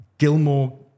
Gilmore